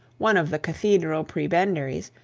one of the cathedral prebendaries,